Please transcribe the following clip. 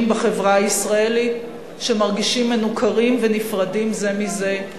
בחברה הישראלית שמרגישים מנוכרים ונפרדים זה מזה,